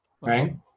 right